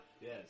Yes